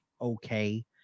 okay